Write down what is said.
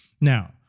Now